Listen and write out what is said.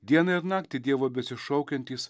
dieną ir naktį dievo besišaukiantys